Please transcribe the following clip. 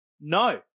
No